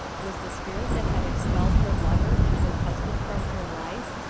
was the spirit that had expelled her lover and her husband from her life,